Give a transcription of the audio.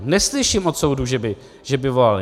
Neslyším od soudu, že by volali.